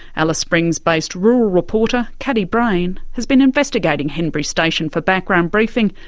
alice springs-based rural reporter caddie brain has been investigating henbury station for background briefing,